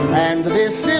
and